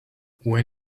when